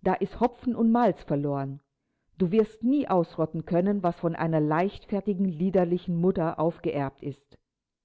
da ist hopfen und malz verloren du wirst nie ausrotten können was von einer leichtfertigen liederlichen mutter aufgeerbt ist